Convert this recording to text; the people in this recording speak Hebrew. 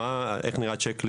איך נראה צ'ק ליסט,